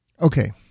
Okay